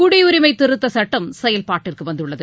குடியுரிமை திருத்த சட்டம் செயல்பாட்டிற்கு வந்துள்ளது